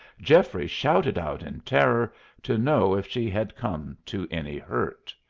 geoffrey shouted out in terror to know if she had come to any hurt.